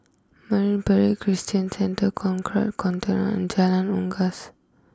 Marine Parade Christian Centre Conrad Centennial and Jalan Unggas